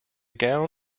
gown